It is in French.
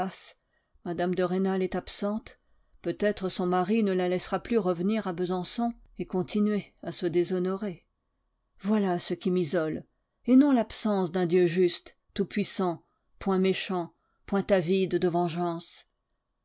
mme de rênal est absente peut-être son mari ne la laissera plus revenir à besançon et continuer à se déshonorer voilà ce qui m'isole et non l'absence d'un dieu juste tout-puissant point méchant point avide de vengeance